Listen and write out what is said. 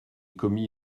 commis